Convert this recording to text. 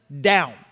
down